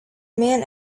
man